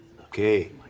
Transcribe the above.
Okay